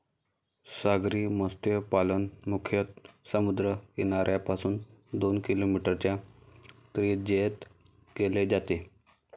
सागरी मत्स्यपालन मुख्यतः समुद्र किनाऱ्यापासून दोन किलोमीटरच्या त्रिज्येत केले जाते